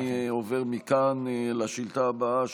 אני עובר מכאן לשאילתה הבאה,